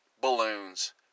balloons